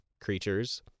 creatures